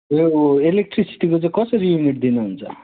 ए उ इलेक्ट्रिसिटीको चाहिँ कसरी युनिट दिनुहुन्छ